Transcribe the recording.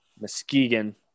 Muskegon